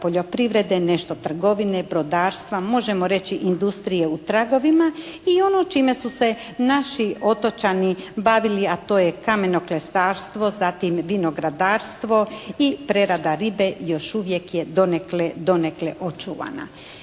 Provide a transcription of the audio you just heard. poljoprivrede, nešto trgovine, brodarstva, možemo reći industrije u tragovima i ono čime su se naši otočani bavili a to je kamenoklesarstvo. Zatim vinogradarstvo i prerada ribe još uvijek je donekle očuvana.